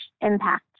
impact